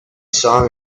saw